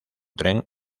tren